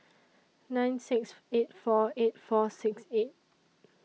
nine six eight four eight four six eight